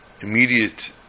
immediate